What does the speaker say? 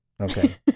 Okay